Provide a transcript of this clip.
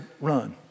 run